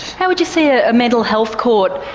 how would you see a mental health court,